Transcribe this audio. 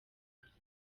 akazi